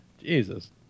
jesus